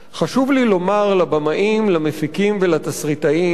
חשוב לי לומר לבמאים, למפיקים ולתסריטאים,